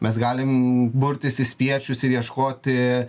mes galim burtis į spiečius ir ieškoti